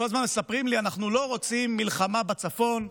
כל הזמן מספרים לי שאנחנו לא רוצים מלחמה בצפון.